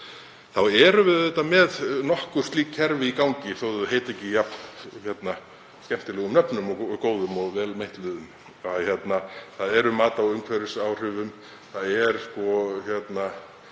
þá erum við auðvitað með nokkur slík kerfi í gangi þótt þau heiti ekki jafn skemmtilegum nöfnum og góðum og vel meitluðum. Það er mat á umhverfisáhrifum, það er sérstakt